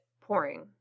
pouring